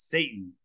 Satan